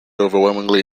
overwhelmingly